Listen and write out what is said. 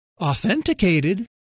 Authenticated